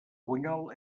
bunyol